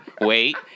wait